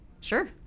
Sure